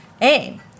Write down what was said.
aim